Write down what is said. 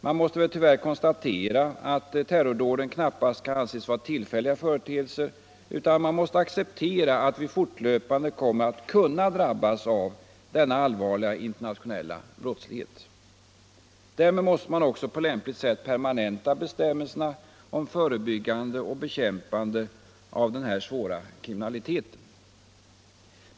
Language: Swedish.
Man måste tyvärr konstatera att terrordåden knappast kan anses vara tillfälliga företeelser, utan man måste acceptera att vi fort löpande kommer att kunna drabbas av denna allvarliga internationella brottslighet. Därmed måste man också på lämpligt sätt permanenta bestämmelserna om förebyggande och bekämpande av denna svåra kriminalitet.